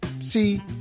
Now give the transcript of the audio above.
See